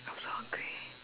I'm so hungry